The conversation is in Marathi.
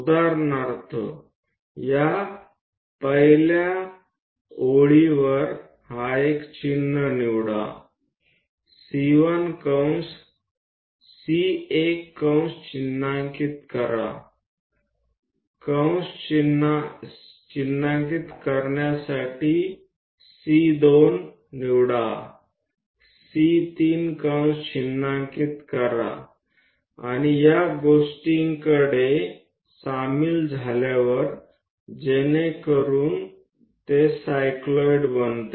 उदाहरणार्थ या पहिल्या ओळीवर हा एक चिन्ह निवडा C1 कंस चिन्हांकित करा कंस चिन्हांकित करण्यासाठी C2 निवडा C3 कंस चिन्हांकित करा आणि या गोष्टींमध्ये जोडून झाल्यावर ते सायक्लोइड बनते